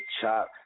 chop